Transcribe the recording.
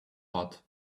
hot